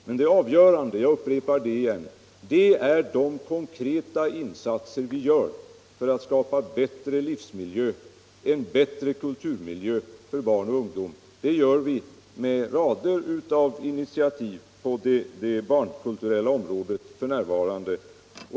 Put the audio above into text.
Men det avgörande — jag upprepar det — är de konkreta insatser vi gör för att skapa en bättre livsmiljö och bättre kulturmiljö för barn och ungdom. Det gör vi f.n. med rader av initiativ på det barnkulturella området.